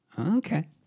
Okay